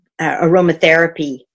aromatherapy